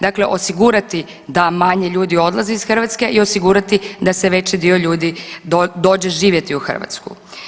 Dakle, osigurati da manje ljudi odlazi iz Hrvatske i osigurati da se veći dio ljudi dođe živjeti u Hrvatsku.